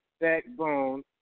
backbone